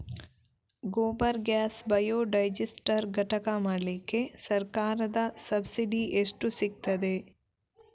Gobar gas biodigester ಘಟಕ ಮಾಡ್ಲಿಕ್ಕೆ ಸರ್ಕಾರದ ಸಬ್ಸಿಡಿ ಎಷ್ಟು ಸಿಕ್ತಾದೆ?